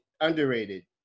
Underrated